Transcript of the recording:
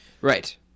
Right